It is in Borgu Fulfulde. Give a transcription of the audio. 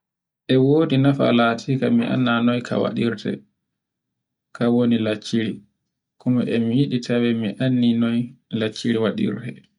E wodi nafa latinga, mi ammda noy ka waɗirte. Kan woni laccire, kuma e mi yiɗi tawen mi anni noy laccire waɗirte.